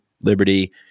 liberty